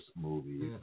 movies